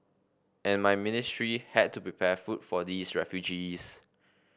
and my ministry had to prepare food for these refugees